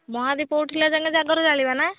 ମହାଦୀପ ଉଠିଲା ଦିନ ଜାଗର ଜାଳିବା ନା